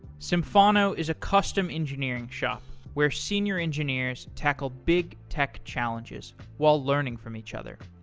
symphono is a custom engineering shop where senior engineers tackle big tech challenges while learning from each other.